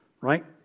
right